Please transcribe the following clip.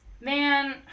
Man